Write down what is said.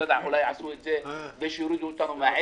אולי עשו את זה כדי להוריד אותנו מן העץ.